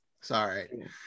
Sorry